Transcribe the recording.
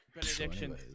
Benediction